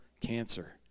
cancer